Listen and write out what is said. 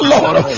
Lord